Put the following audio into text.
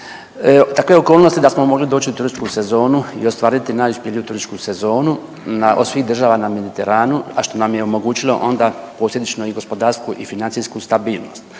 takve okolnosti da smo mogli doći u turističku sezonu i ostvariti najuspjeliju turističku sezonu od svih država na Mediteranu, a što nam je omogućilo onda posljedično i gospodarsku i financijsku stabilnost.